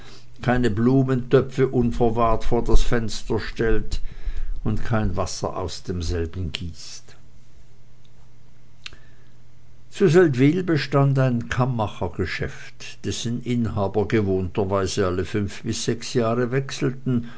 keine blumentöpfe unverwahrt vor das fenster stellt und kein wasser aus demselben gießt zu seldwyl bestand ein kammachergeschäft dessen inhaber gewohnterweise alle fünf bis sechs jahre wechselten